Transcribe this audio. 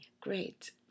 Great